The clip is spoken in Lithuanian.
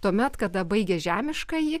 tuomet kada baigia žemiškąjį